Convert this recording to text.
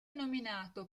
nominato